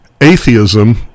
atheism